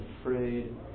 afraid